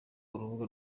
urubuga